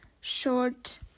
short